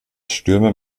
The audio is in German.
stürmer